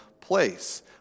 place